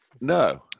No